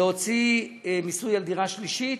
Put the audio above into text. להוציא מיסוי על דירה שלישית,